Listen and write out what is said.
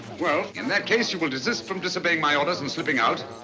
well, in that case you will desist from disobeying my orders and slipping out